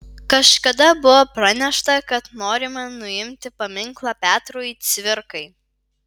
kažkada buvo pranešta kad norima nuimti paminklą petrui cvirkai